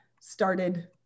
started